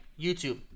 YouTube